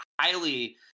highly